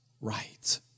right